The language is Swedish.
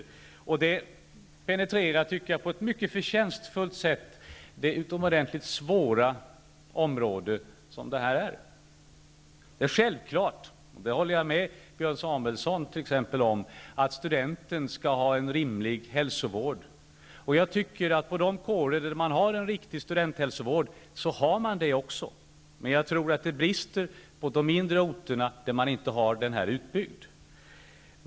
Den utredningen penetrerar enligt min mening på ett mycket förtjänstfullt sätt det utomordentligt svåra område som detta är. Det är självklart att studenten skall ha en rimlig hälsovård, och där håller jag med t.ex. Björn Samuelson. På de kårer där man har en riktig studenthälsovård har man också en sådan hälsovård. Men jag tror att det brister på de mindre orterna där man inte har studenthälsovården utbyggd.